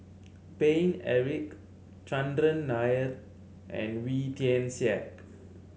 Paine Eric Chandran Nair and Wee Tian Siak